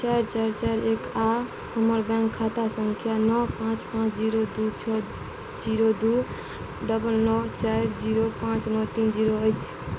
चारि चारि चारि एक आ हमर बैंक खाता संख्या नओ पाँच पाँच जीरो दू छओ जीरो दू डबल नओ चाइर जीरो पाँच नओ तीन जीरो अछि